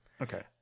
okay